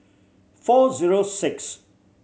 four zero six